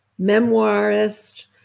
memoirist